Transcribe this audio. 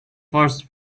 forest